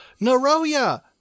naroya